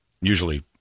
usually